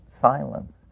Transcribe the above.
silence